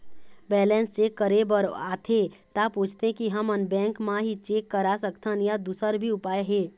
Balance check करे बर आथे ता पूछथें की हमन बैंक मा ही चेक करा सकथन या दुसर भी उपाय हे?